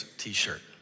t-shirt